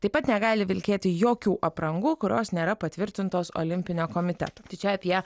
taip pat negali vilkėti jokių aprangų kurios nėra patvirtintos olimpinio komiteto čia apie